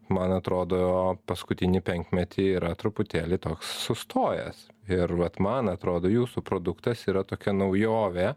man atrodo paskutinį penkmetį yra truputėlį toks sustojęs ir vat man atrodo jūsų produktas yra tokia naujovė